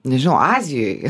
nežinau azijoje